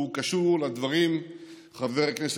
והוא קשור לדברים שהזכרת,